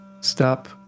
stop